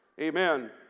amen